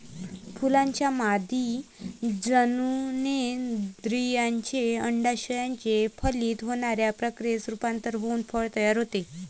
फुलाच्या मादी जननेंद्रियाचे, अंडाशयाचे फलित होण्याच्या प्रक्रियेत रूपांतर होऊन फळ तयार होते